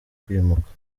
kwimuka